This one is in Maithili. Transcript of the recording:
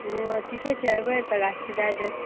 हँ ठीके छै अयबै तऽ गाछी दए देब